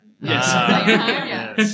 Yes